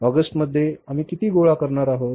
ऑगस्टमध्ये आम्ही किती गोळा करणार आहोत